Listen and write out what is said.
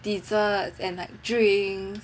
desserts and like drinks